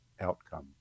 outcome